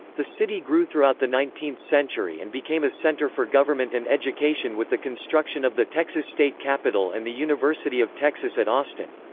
the city grew throughout the nineteenth century and became a center for government and education with the construction of the texas state capitol and the university of texas at austin.